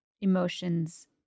emotions